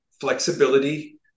flexibility